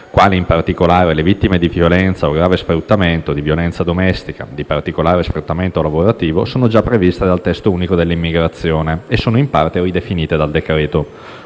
quali in particolare le vittime di violenza o grave sfruttamento, di violenza domestica, di particolare sfruttamento lavorativo - sono già previste dal testo unico dell'immigrazione e sono in parte ridefinite dal decreto.